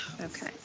Okay